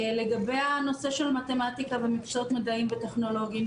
לגבי הנושא של מתמטיקה ומקצועות מדעיים וטכנולוגיים,